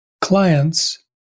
clients